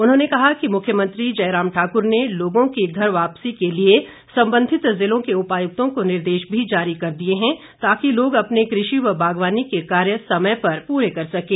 उन्होंने कहा कि मुख्यमंत्री जयराम ठाकर ने लोगों की घर वापसी के लिए संबंधित जिलों के उपायुक्तों को निर्देश भी जारी कर दिए है ताकि लोग अपने कृषि व बागवानी के कार्य समय पर पूरे कर सकें